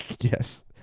Yes